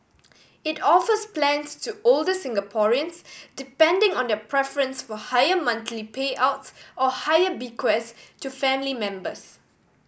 it offers plans to older Singaporeans depending on their preference for higher monthly payouts or higher bequests to family members